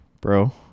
Bro